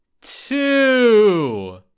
two